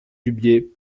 dubié